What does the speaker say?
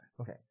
Okay